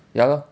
ya lor